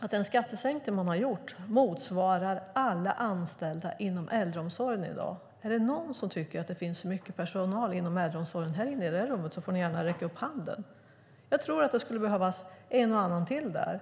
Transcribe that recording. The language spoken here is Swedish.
att den skattesänkning som har gjorts motsvarar alla anställda inom äldreomsorgen i dag. Är det några här som tycker att det finns för mycket personal inom äldreomsorgen får ni gärna räcka upp handen. Jag tror att det skulle behövas en och annan till där.